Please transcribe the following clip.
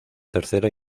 tercera